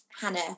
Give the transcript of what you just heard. hannah